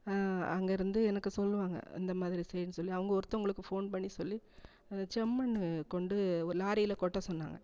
அங்கேருந்து எனக்கு சொல்லுவாங்க இந்த மாதிரி செய்யினு சொல்லி அவங்க ஒருத்தவங்களுக்கு ஃபோன் பண்ணி சொல்லி செம்மண்ணு கொண்டு ஒரு லாரியில கொட்ட சொன்னாங்க